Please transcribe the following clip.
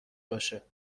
باشه